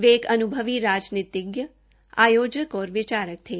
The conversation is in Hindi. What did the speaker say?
वे एक अन्भवी राजनीतिज्ञ आयोजक और विचारक थे